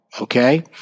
okay